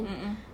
mm mm